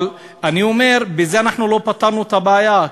אבל אני אומר: בזה לא פתרנו את הבעיה,